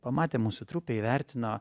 pamatė mūsų trupę įvertino